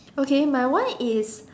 okay my one is